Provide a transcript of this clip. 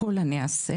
הכל אני אעשה